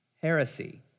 Heresy